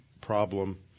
problem